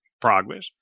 progress